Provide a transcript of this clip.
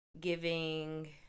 giving